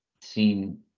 seen